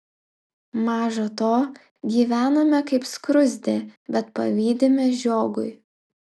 maža to gyvename kaip skruzdė bet pavydime žiogui